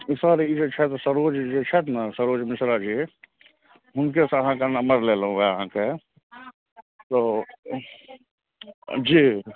ई sir ई जे छथि सरोज जे छथि ने सरोज मिश्रा जी हुनकेसे अहाँके नम्बर लेलहुँ यऽ अहाँके तऽ जी